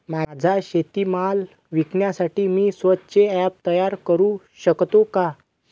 माझा शेतीमाल विकण्यासाठी मी स्वत:चे ॲप तयार करु शकतो का?